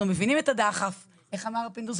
אנחנו מבינים את הדחף, איך אמר פינדרוס?